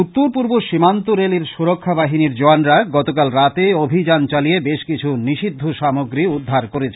উত্তর পূর্ব সীমান্ত রেলের সুরক্ষা বাহিনীর জওয়ানরা গতকাল রাতে অভিযান চালিয়ে বেশ কিছু নিষিদ্ধ সামগ্রী উদ্ধার করেছে